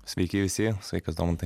sveiki visi sveikas domantai